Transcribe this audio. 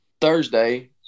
Thursday